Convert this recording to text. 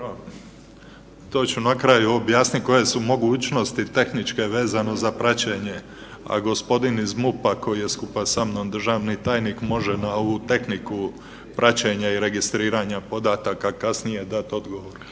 To ću na kraju objasnit koje su mogućnosti tehničke vezano za praćenje. A gospodin iz MUP-a koji je skupa sa mnom državni tajnik može na ovu tehniku praćenja i registriranja podataka kasnije dat odgovor.